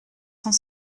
cent